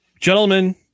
Gentlemen